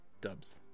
Dubs